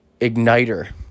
igniter